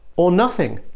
or nothing.